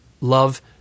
love